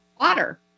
water